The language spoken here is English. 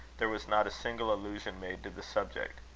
there was not a single allusion made to the subject.